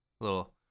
little